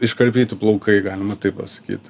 iškarpyti plaukai galima taip pasakyt